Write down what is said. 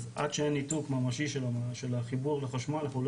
אז עד שאין ניתוק ממשי של החיבור לחשמל אנחנו לא